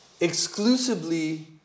exclusively